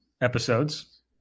episodes